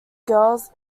girls